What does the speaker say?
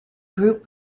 grouped